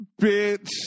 Bitch